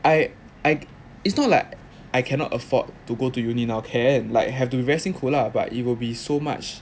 I I it's not like I cannot afford to go to uni now can like have to very 辛苦 but but it will be so much